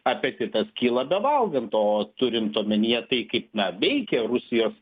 apetitas kyla bevalgant o turint omenyje tai kaip na veikia rusijos